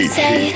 say